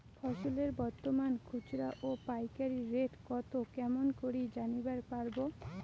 ফসলের বর্তমান খুচরা ও পাইকারি রেট কতো কেমন করি জানিবার পারবো?